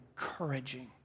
encouraging